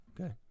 Okay